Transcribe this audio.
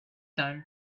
time